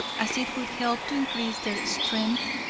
as it would help to increase their strength,